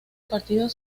partidos